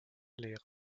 lehre